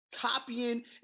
copying